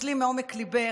ותתנצלי מעומק ליבך.